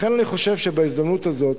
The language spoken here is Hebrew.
לכן אני חושב שבהזדמנות הזאת,